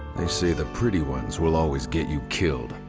they say the pretty ones will always get you killed,